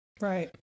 Right